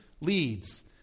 leads